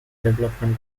development